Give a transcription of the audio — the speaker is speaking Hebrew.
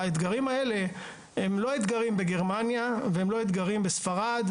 האתגרים האלה הם לא אתגרים בגרמניה ולא בספרד,